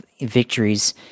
victories